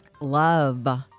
love